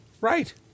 Right